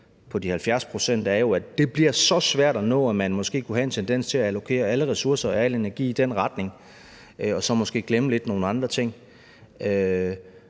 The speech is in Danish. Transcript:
på de 70 pct., jo er, at det bliver så svært at nå, at man måske kunne have en tendens til at allokere alle ressourcer, al energi i den retning og så måske glemme lidt nogle andre ting.